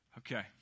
Okay